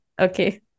Okay